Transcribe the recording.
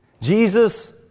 Jesus